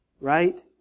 right